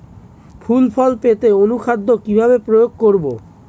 ফুল ফল পেতে অনুখাদ্য কিভাবে প্রয়োগ করব?